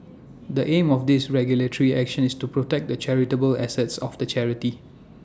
the aim of this regulatory action is to protect the charitable assets of the charity